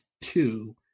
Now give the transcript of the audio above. two